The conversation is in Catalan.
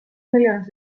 milions